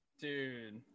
Dude